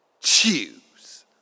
choose